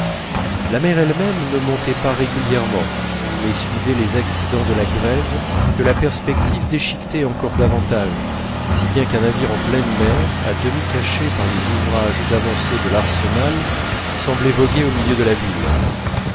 la mer elle-même ne montait pas régulièrement mais suivait les accidents de la grève que la perspective déchiquetait encore davantage si bien qu'un navire en pleine mer à demi caché par les ouvrages avancés de l'arsenal semblait voguer au milieu de la ville